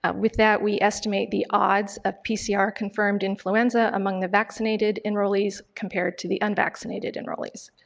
ah with that we estimate the odds of pcr confirmed influenza among the vaccinated and released compared to the unvaccinated and released.